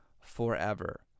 forever